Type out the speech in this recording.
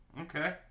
Okay